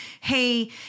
Hey